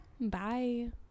bye